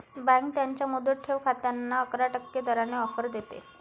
bank त्यांच्या मुदत ठेव खात्यांना अकरा टक्के दराने ऑफर देते